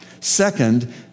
Second